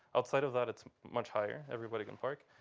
outside of that, it's much higher. everybody can park.